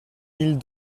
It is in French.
mille